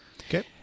okay